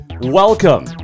Welcome